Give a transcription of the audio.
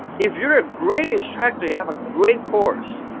if you're a great instructor, you have a great course,